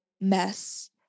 mess